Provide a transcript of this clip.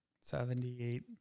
seventy-eight